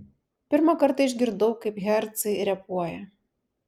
pirmą kartą išgirdau kaip hercai repuoja